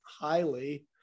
highly